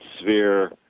sphere